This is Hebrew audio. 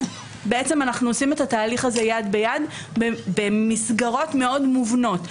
בעצם אנחנו עושים את התהליך הזה יד ביד במסגרות מאוד מובנות.